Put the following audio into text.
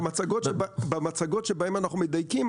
במצגות שבהם אנחנו מדייקים,